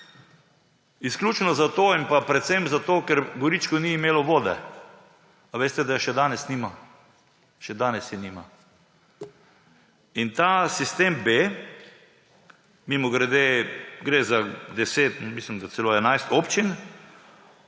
Izključno zato in pa predvsem zato, ker Goričko ni imelo vode. A veste, da je še danes nima? Še danes je nima. Ta sistem B, mimogrede gre za 10, mislim, da celo 11 občin,